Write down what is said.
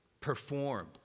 perform